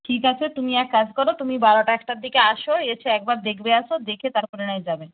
ঠিক আছে তুমি এক কাজ করো তুমি বারোটা একটার দিকে আসো এসে একবার দেখবে আসো দেখে তারপরে নয় যাবে